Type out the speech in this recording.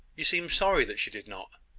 you seem sorry that she did not!